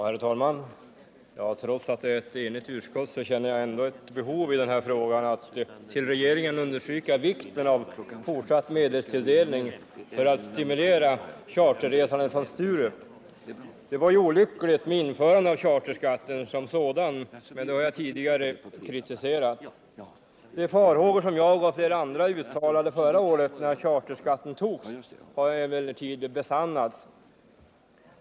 Herr talman! Trots att utskottet är enigt känner jag ändå ett behov av att vid behandlingen av den här frågan för regeringen understryka vikten av fortsatt medelstilldelning för att stimulera charterresandet från Sturup. Införandet av charterskatten som sådan var olyckligt, men det beslutet har jag redan tidigare kritiserat. De farhågor som jag och flera andra uttalade förra året när beslutet om charterskatten fattades har emellertid besannats.